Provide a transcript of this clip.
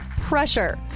pressure